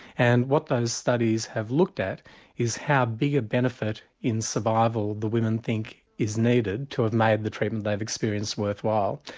and what those studies have looked at is how big a benefit in survival the women think is needed to have made the treatment they have experienced worthwhile.